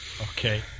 Okay